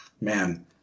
man